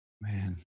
Man